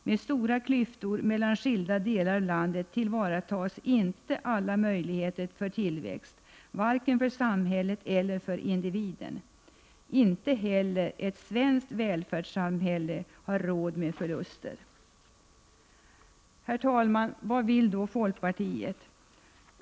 Med stora klyftor mellan skilda delar av landet tillvaratas inte alla möjligheter för tillväxt, varken för samhället eller för individen. Inte heller ett svenskt välfärdssamhälle har råd med förluster. Herr talman! Vad vill då folkpartiet?